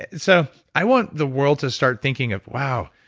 and so, i want the world to start thinking of, wow,